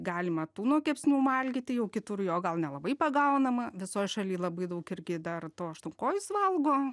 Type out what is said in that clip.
galima tuno kepsnių valgyti jau kitur jo gal nelabai pagaunama visoj šaly labai daug irgi dar to aštuonkojus valgo